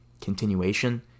continuation